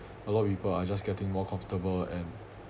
a lot of people are just getting more comfortable and